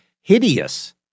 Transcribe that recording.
hideous